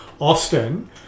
Austin